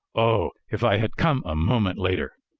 oh, if i had come a moment later!